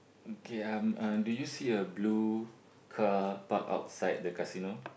okay um uh do you see a blue car park outside the casino